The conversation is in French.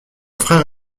frère